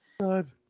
God